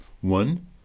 One